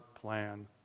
plan